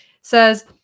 Says